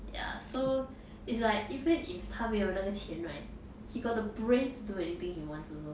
ya so it's like even if it if 他没有那个钱 right he got the brains to do anything he wants also